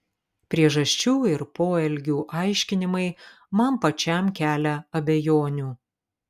priežasčių ir poelgių aiškinimai man pačiam kelia abejonių